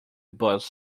bust